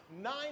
nine